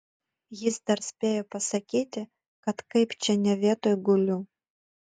jis dar spėjo pasakyti kad kaip čia ne vietoj guliu